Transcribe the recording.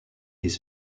his